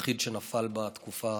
היחיד שנפל בתקופה.